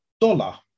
Dollar